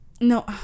No